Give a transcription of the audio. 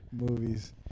movies